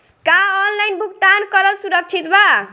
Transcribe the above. का ऑनलाइन भुगतान करल सुरक्षित बा?